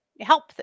Help